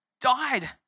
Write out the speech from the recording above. died